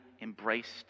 embraced